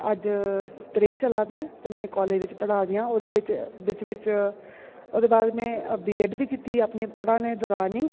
अज्ज तरेई चला दा ऐ ते में कॉलेज बिच पढ़ा दियां ओह्दे बिच बिच बिच ओह्दे बाद में बी एड बी कीती अपने पढ़ाने दौरान ई